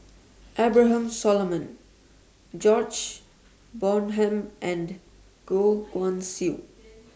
Abraham Solomon Samuel George Bonham and Goh Guan Siew